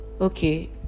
okay